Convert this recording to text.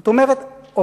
זאת אומרת,